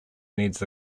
needs